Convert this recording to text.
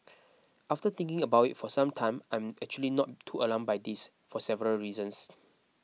after thinking about it for some time I'm actually not too alarmed by this for several reasons